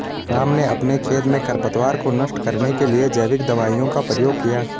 राम ने अपने खेत में खरपतवार को नष्ट करने के लिए जैविक दवाइयों का प्रयोग किया